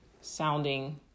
sounding